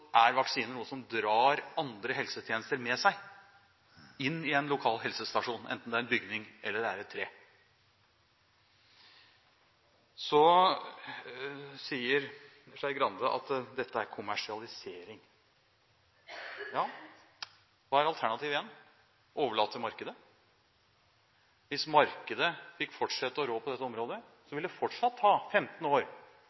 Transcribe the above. er vaksinering noe som drar andre helsetjenester med seg – inn i en lokal helsestasjon, enten det er en bygning eller under et tre. Så sier Skei Grande at dette er en kommersialisering. Ja, igjen, hva er alternativet – overlate det til markedet? Hvis markedet fikk fortsette å rå på dette området,